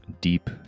deep